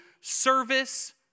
service